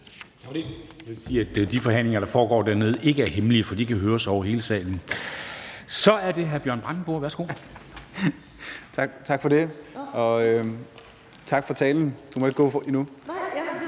Jeg vil sige, at de forhandlinger, der foregår dernede på rækkerne, ikke er hemmelige, for de kan høres over hele salen. Så er det hr. Bjørn Brandenborg. Værsgo. Kl. 13:19 Bjørn Brandenborg (S): Tak for det.